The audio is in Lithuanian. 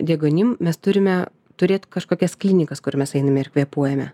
deguonim mes turime turėt kažkokias klinikas kur mes einame ir kvėpuojame